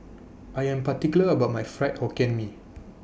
I Am particular about My Fried Hokkien Mee